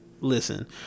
Listen